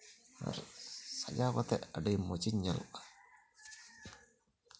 ᱟᱨ ᱥᱟᱡᱟᱣ ᱠᱟᱛᱮᱫ ᱟᱹᱰᱤ ᱢᱚᱸᱡᱽ ᱤᱧ ᱧᱮᱞᱚᱜᱼᱟ